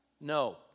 No